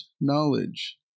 knowledge